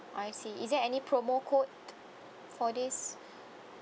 I see is there any promo code for this